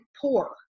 poor